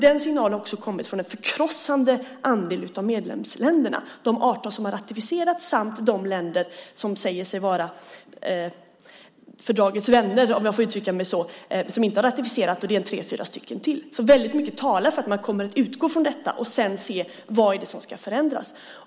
Den signalen har också kommit från en förkrossande andel av medlemsländerna: de 18 som har ratificerat samt de länder som säger sig vara fördragets vänner, om jag får uttrycka mig så, men som inte har ratificerat. Det är tre fyra stycken till. Väldigt mycket talar alltså för att man kommer att utgå från detta och sedan se vad som ska förändras.